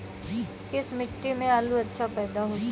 किस मिट्टी में आलू अच्छा पैदा होता है?